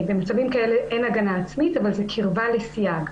במצבים כאלה אין הגנה עצמית אבל זו קרבה לסייג.